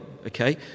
Okay